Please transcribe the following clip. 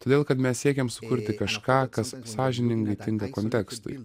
todėl kad mes siekiam sukurti kažką kas sąžiningai tinka kontekstui